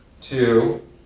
two